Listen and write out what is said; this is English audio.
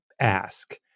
ask